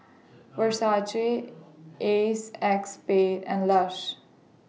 Versace ACEXSPADE and Lush